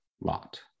Lot